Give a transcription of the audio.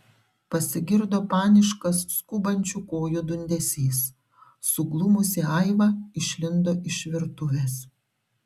pasigirdo paniškas skubančių kojų dundesys suglumusi aiva išlindo iš virtuvės